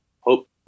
hope